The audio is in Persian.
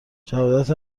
شهادت